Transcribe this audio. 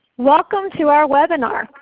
welcome to our webinar,